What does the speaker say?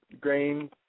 grain